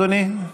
5, אדוני?